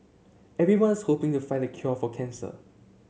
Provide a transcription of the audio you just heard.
everyone's hoping to find the cure for cancer